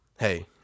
hey